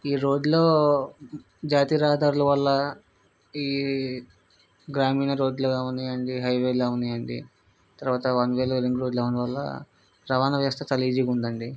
ఈ రోడ్డులో జాతీయ రహదారులవల్ల ఈ గ్రామీణరోడ్లు అవనీయండి హైవేలు అవనీయండి తర్వాత వన్ వేలో రింగురోడ్లు దానివల్ల రవాణా వ్యవస్థ చాలా ఈజీగా ఉందండి